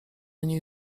niej